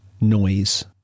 noise